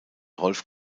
rolf